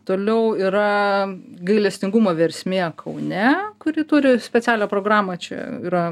toliau yra gailestingumo versmė kaune kuri turi specialią programą čia yra